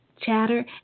chatter